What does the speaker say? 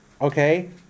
okay